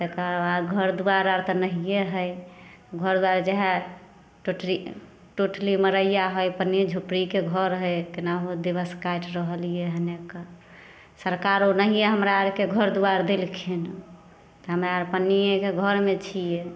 तकर बाद घर दुआरि आर तऽ नहिए हइ घर दुआरि जेहै टुटरी टुटली मड़ैया हइ पन्नी झोपड़ीके घर हइ केनाहु दिवस काटि रहलियै हय कऽ सरकारो नहिए हमरा आरके घर दुआर देलखिन तऽ हमरा आर पन्निये के घर मे छियै